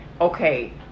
okay